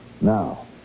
Now